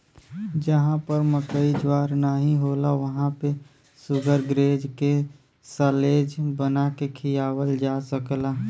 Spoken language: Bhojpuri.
जहां पर मकई ज्वार नाहीं होला वहां पे शुगरग्रेज के साल्लेज बना के खियावल जा सकला